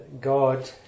God